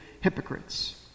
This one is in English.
hypocrites